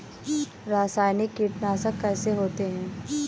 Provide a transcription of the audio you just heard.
रासायनिक कीटनाशक कैसे होते हैं?